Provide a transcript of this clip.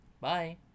Bye